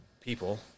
people